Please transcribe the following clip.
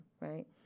right